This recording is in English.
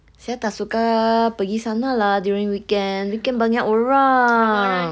saya tak suka pergi sana lah during weekend weekend banyak orang